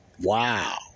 Wow